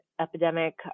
epidemic